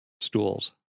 stools